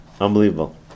Unbelievable